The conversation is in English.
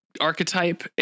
archetype